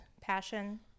passion